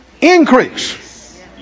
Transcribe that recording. increase